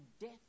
death